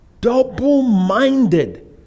Double-minded